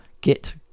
git